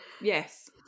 yes